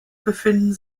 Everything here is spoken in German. befinden